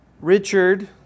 Richard